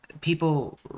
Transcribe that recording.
people